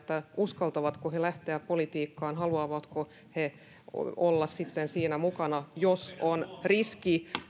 uskaltavatko he lähteä politiikkaan haluavatko he olla sitten siinä mukana jos on riski